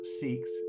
seeks